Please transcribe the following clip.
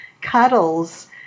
cuddles